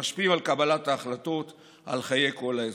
שמשפיעים על קבלת ההחלטות על חיי כל האזרחים?